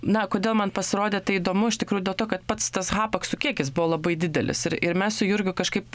na kodėl man pasirodė tai įdomu iš tikrųjų dėl to kad pats tas hapaksų kiekis buvo labai didelis ir ir mes su jurgiu kažkaip